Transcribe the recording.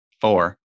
Four